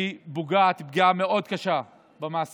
פוגעת פגיעה מאוד קשה במעסיקים,